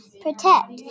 Protect